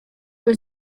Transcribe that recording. was